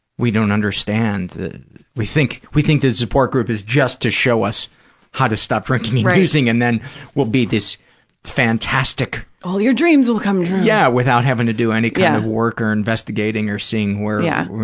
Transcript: we don't understand. we think we think that a support group is just to show us how to stop drinking and using, and then we'll be this fantastic jennifer all your dreams will come true. yeah, without having to do any kind of work or investigating or seeing where, yeah you